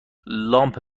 لامپ